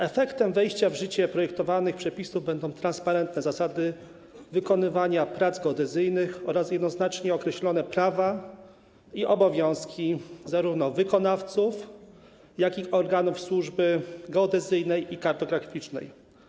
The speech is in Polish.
Efektem wejścia w życie projektowanych przepisów będą transparentne zasady wykonywania prac geodezyjnych oraz jednoznacznie określone prawa i obowiązki zarówno wykonawców, jak i organów służby geodezyjnej i kartograficznej.